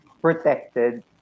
protected